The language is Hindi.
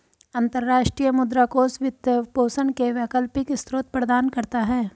अंतर्राष्ट्रीय मुद्रा कोष वित्त पोषण के वैकल्पिक स्रोत प्रदान करता है